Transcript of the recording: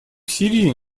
сирии